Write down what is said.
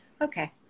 okay